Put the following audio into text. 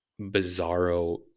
bizarro